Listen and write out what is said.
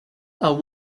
are